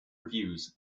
reviews